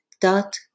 dot